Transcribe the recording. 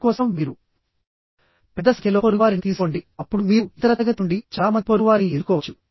కాబట్టి దీన్ని ఇలా చెయ్యాలి అది ps224g2 మరియు ps124g1 మరియు నెట్ ఏరియా ని ఇలా కనుక్కోవచ్చు